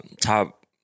top